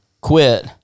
quit